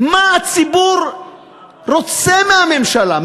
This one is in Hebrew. מה הציבור רוצה מהממשלה?